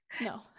No